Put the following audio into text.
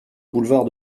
boulevard